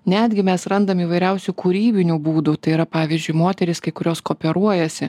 netgi mes randam įvairiausių kūrybinių būdų tai yra pavyzdžiui moterys kai kurios kooperuojasi